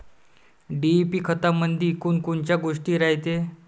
DAP खतामंदी कोनकोनच्या गोष्टी रायते?